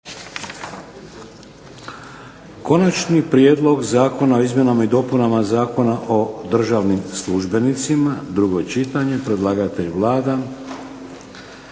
Konačni prijedlog zakona o izmjenama i dopunama Zakona o državnim službenicima, drugo čitanje, P.Z. br. 719. Predlagatelj Vlada.